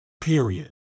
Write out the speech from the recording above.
period